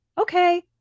okay